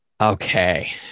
Okay